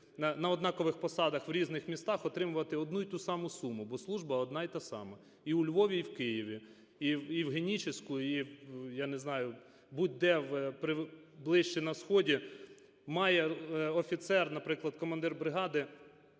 на однакових посадах в різних містах отримувати одну і ту саму суму, бо служба одна і та сама і у Львові, і в Києві, і в Генічеську, і в, я не знаю, будь-де, ближче на сході, має офіцер, наприклад, командир бригади